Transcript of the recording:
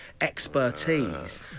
expertise